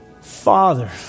Father